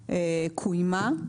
קוימה,